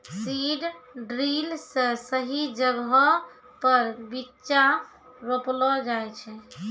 seed drill से सही जगहो पर बीच्चा रोपलो जाय छै